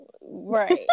Right